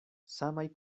samaj